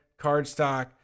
cardstock